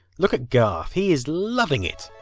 look at garth, he's loving it.